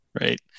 right